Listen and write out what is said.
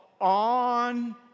on